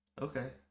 Okay